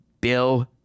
Bill